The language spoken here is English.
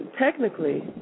technically